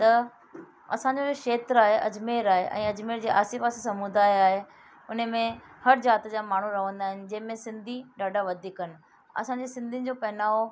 त असांजो जो खेत्र आहे अजमेर आहे ऐं अजमेर जे आसे पासे समुदाय आहे उन में हर ज़ाति जा माण्हू रहंदा आहिनि जंहिंमें सिंधी ॾाढा वधीक आहिनि असांजे सिंधियुनि जो पहनावो